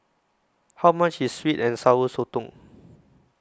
How much IS Sweet and Sour Sotong